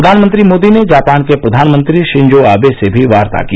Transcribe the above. प्रधानमंत्री मोदी ने जापान के प्रधानमंत्री शिंजो आवे से भी वार्ता की